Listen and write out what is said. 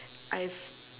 I've